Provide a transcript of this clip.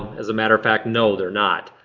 as a matter of fact no they're not.